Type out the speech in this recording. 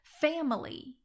family